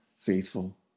faithful